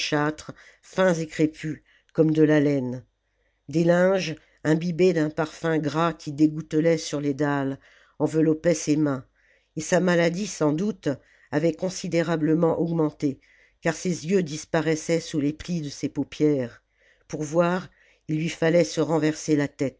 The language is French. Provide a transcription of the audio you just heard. fins et crépus comme de la laine des linges imbibés d'un parfum gras qui dégouttelait sur les dalles enveloppaient ses mains et sa maladie sans doute avait considérablement augmenté car ses yeux disparaissaient sous les plis de ses paupières pour voir il lui fallait se renverser la tête